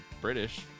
British